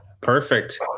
Perfect